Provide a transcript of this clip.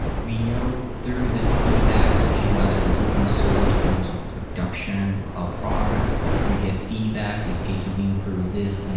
we know through this feedback of jiva's or an an open source and also our production cloud products. we get feedback like hey, can we improve this? you know